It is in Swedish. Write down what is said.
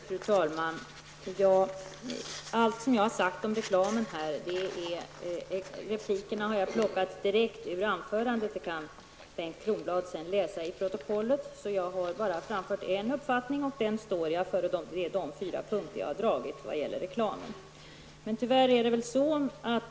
Fru talman! Allt som jag har sagt om reklamen i replikerna har jag plockat direkt ur anförandet; det kan Bengt Kronblad sedan läsa i protokollet. Jag har bara framfört en uppfattning i fråga om reklamen, och den står jag för. Det gäller de fyra punkter jag har redovisat.